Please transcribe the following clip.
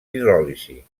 hidròlisi